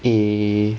eh